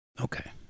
Okay